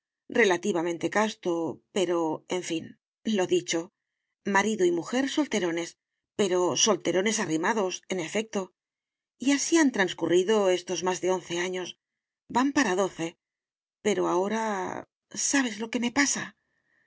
relativamente casto pero en fin lo dicho marido y mujer solterones pero solterones arrimados en efecto y así han transcurrido estos más de once años van para doce pero ahora sabes lo que me pasa